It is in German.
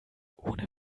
ohne